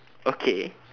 okay